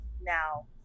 now